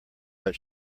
but